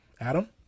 adam